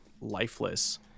lifeless